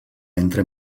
entre